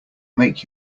make